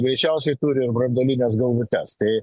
greičiausiai turi ir branduolines galvutes tai